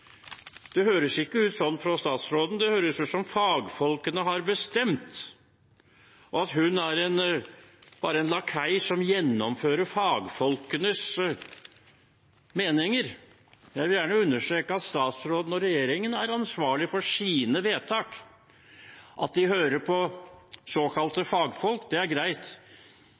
Det høres ikke sånn ut fra statsråden. Det høres ut som at fagfolkene har bestemt, og at hun bare er en lakei som gjennomfører fagfolkenes meninger. Jeg vil gjerne understreke at statsråden og regjeringen er ansvarlige for sine vedtak. At de hører på såkalte fagfolk, er greit,